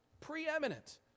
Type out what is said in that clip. preeminent